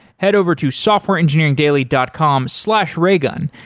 head over to softwareengineering daily dot com slash raygun.